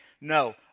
No